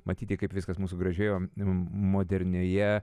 matyti kaip viskas mūsų gražioje modernioje